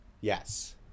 Yes